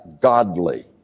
godly